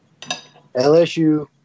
LSU